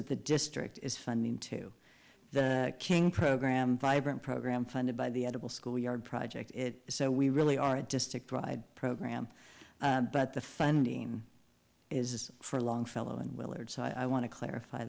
that the district is funding to the king program vibrant program funded by the edible schoolyard project it so we really are a district wide program but the funding is for longfellow and willard so i want to clarify